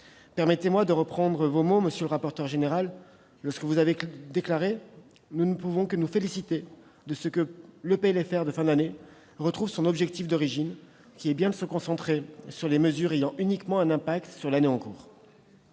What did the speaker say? Permettez-moi de reprendre vos mots, monsieur le rapporteur général :« Nous ne pouvons que nous féliciter de ce que le PLFR de fin d'année retrouve son objectif d'origine, qui est bien de se concentrer sur les mesures ayant uniquement un impact sur l'année en cours.